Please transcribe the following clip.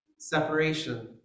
Separation